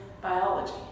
biology